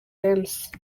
james